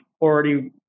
already